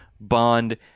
Bond